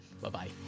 bye-bye